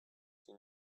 she